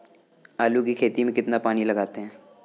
आलू की खेती में कितना पानी लगाते हैं?